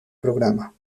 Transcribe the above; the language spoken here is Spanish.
programa